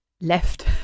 left